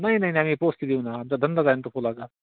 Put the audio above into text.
नाही नाही नाही आम्ही पोचती देऊ ना आमचा धंदाच आहे ना तो फुलाचा